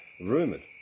Rumoured